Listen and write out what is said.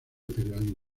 periodismo